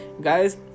guys